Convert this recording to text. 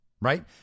Right